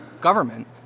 government